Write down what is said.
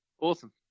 Awesome